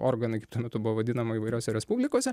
organai kaip tuo metu buvo vadinama įvairiose respublikose